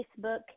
Facebook